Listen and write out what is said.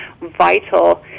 vital